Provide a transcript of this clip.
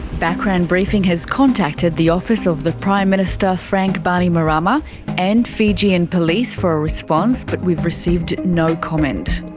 background briefing has contacted the office of the prime minister frank bainimarama and fijian police for a response, but we've received no comment.